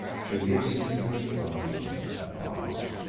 she lives in a great mountain, apart,